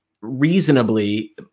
reasonably